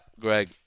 Greg